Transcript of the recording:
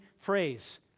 phrase